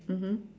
mmhmm